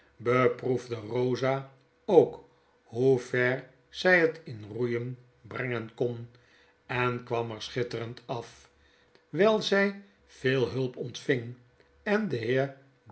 beproefde rosa ook hoe ver zy het in het roeien brengen kon en kwam er schitterend af wyl zy veel hulp ontving en de